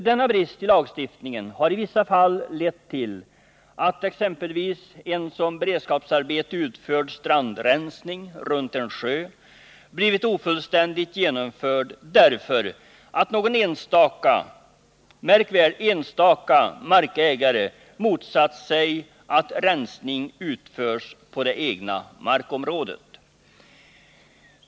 Denna brist i lagstiftningen har i vissa fall lett till att en som beredskapsarbete utförd strandrensning runt en sjö blivit ofullständigt genomförd, därför att någon — märk väl — enstaka markägare motsatt sig sådan rensning på det egna markområdet.